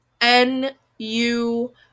N-U-